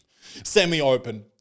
Semi-open